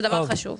זה דבר חשוב.